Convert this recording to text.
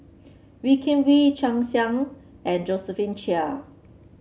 Wee Kim Wee Chia Ann Siang and Josephine Chia